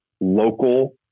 local